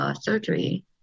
surgery